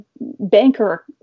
banker